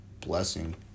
blessing